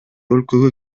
өлкөгө